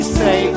say